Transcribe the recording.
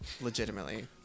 Legitimately